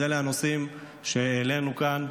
אז אלה הנושאים שהעלינו כאן.